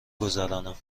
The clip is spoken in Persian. گذرانم